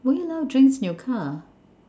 would you allow drinks in your car